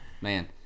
man